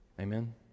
Amen